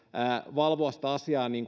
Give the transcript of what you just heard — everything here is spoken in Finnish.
valvoa sitä asiaa niin